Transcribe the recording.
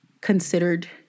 considered